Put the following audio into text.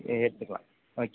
ஏ எடுத்துக்கலாம் ஓகே